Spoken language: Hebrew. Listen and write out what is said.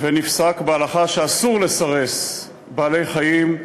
נפסק בהלכה שאסור לסרס בעלי-חיים,